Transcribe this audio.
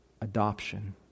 adoption